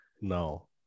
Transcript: no